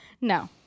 no